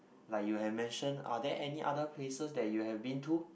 like you have mentioned are there any other places that you have been to